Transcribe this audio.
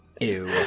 Ew